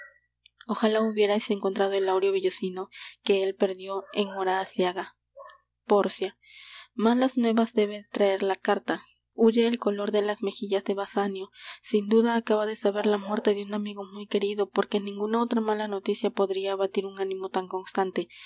ojalá hubierais encontrado el áureo vellocino que él perdió en hora aciaga pórcia malas nuevas debe traer la carta huye el color de las mejillas de basanio sin duda acaba de saber la muerte de un amigo muy querido porque ninguna otra mala noticia podria abatir un ánimo tan constante